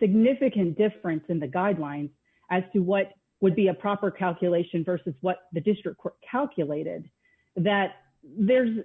significant difference in the guidelines as to what would be a proper calculation versus what the district calculated that there's